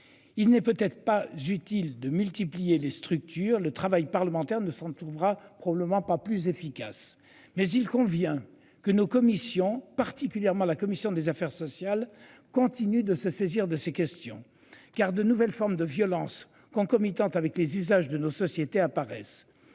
Il n'est peut être pas j'utile de multiplier les structures, le travail parlementaire ne s'en trouvera probablement pas plus efficace mais il convient que nos commissions particulièrement la commission des affaires sociales continuent de se saisir de ces questions, car de nouvelles formes de violence concomitante avec les usages de nos sociétés apparaissent.